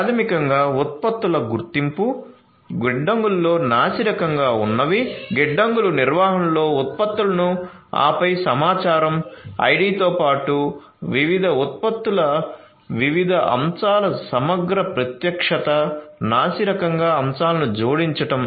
ప్రాథమికంగా ఉత్పత్తుల గుర్తింపుగిడ్డంగుల్లో నాసిరకంగా ఉన్నవి గిడ్డంగులు నిర్వహణలో ఉత్పత్తులను ఆపై సమాచారం ID తో పాటు వివిధ ఉత్పత్తుల వివిధ అంశాల సమగ్ర ప్రత్యక్షత నాసిరకంగా అంశాలు జోడించడం